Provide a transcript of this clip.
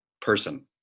person